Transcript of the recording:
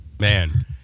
Man